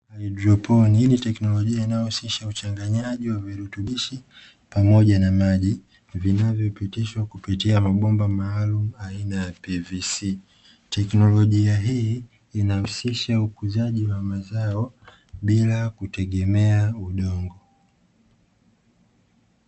Haidroponi, hii ni teknolojia inayohusisha uchanganyaji wa virutubishi pamoja na maji vinavyopitishwa kupitia mabomba maalumu aina ya PVC.Teknolojia hii inahusisha ukuzaji wa mazao bila kutegemea udongo.